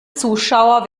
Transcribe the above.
zuschauer